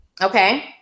okay